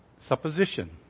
supposition